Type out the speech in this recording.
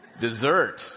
Dessert